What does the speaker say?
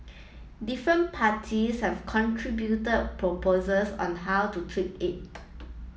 different parties have contributed proposals on how to tweak it